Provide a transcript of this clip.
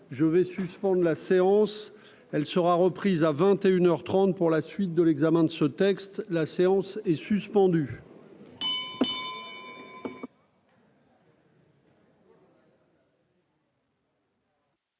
je vais suspendre la séance, elle sera reprise à 21 heures 30 pour la suite de l'examen de ce texte, la séance est suspendue.